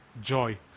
joy